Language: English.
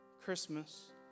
Christmas